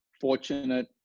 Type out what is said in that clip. fortunate